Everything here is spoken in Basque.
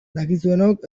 dakizuenok